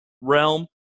realm